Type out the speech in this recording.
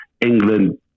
England